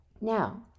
Now